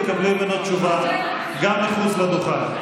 תקבלי ממנו תשובה גם מחוץ לדוכן.